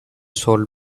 sold